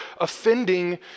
offending